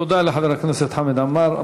תודה לחבר הכנסת חמד עמאר.